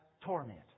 torment